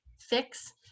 fix